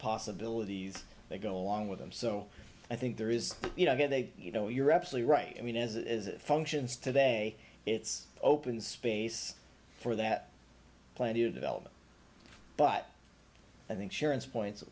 possibilities they go along with them so i think there is you know they you know you're absolutely right i mean as it is it functions today it's open space for that plenty of development but i think sharon's points